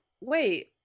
wait